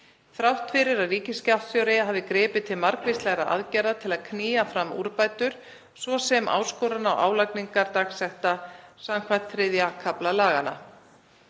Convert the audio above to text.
þrátt fyrir að ríkisskattstjóri hafi gripið til margvíslegra aðgerða til að knýja fram úrbætur, svo sem áskorun og álagningu dagsekta skv. III. kafla laganna,